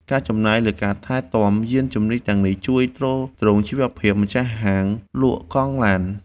ការចំណាយលើការថែទាំយានជំនិះទាំងនេះ ជួយទ្រទ្រង់ជីវភាពម្ចាស់ហាងលក់កង់ឡាន។